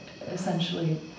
essentially